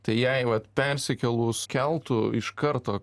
tai jei vat persikėlus keltu iš karto